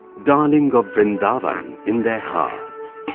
darling of vrindavan, in their hearts.